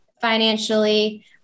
financially